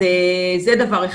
זה דבר אחד.